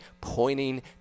pointing